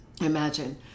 Imagine